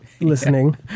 Listening